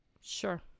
Sure